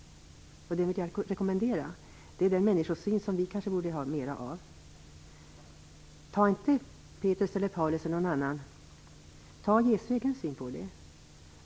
Jag vill rekommendera det, det är den människosyn vi kanske borde ha mer av. Välj då inte Petrus, Paulus eller någon annan utan ta Jesu egen syn.